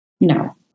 No